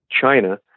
China